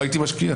לא הייתי משקיע.